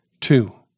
Two